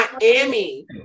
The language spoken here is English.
Miami